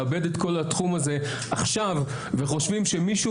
לאבד את כל התחום הזה עכשיו וחושבים שמישהו